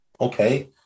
Okay